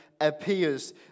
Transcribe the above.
appears